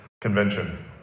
convention